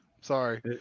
Sorry